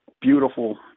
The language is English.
beautiful